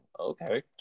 okay